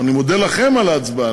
אני מודה לכם על ההצבעה,